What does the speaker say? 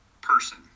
person